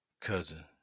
cousin